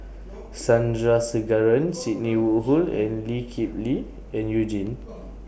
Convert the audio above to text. Sandrasegaran Sidney Woodhull Lee Kip Lee and YOU Jin